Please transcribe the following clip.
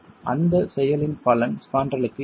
அந்தச் செயலின் பலன் ஸ்பாண்ட்ரலுக்கு இல்லை